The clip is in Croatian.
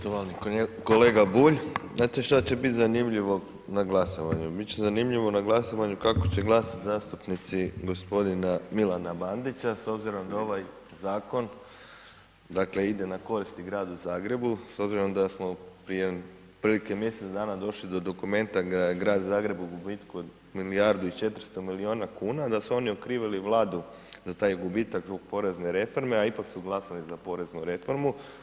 Poštovani kolega Bulj, znate šta će biti zanimljivo na glasovanju, bit će zanimljivo na glasovanju kako će glasati zastupnici gospodina Milana Bandića s obzirom da ovaj zakon dakle ide na koristi Gradu Zagrebu s obzirom da smo prije otprilike mjesec dana došli do dokumenta da je Grad Zagreb u gubitku od milijardu i 400 miliona kuna, da su oni okrivili Vladu za taj gubitak zbog porezne reforme a ipak su glasali za poreznu reformu.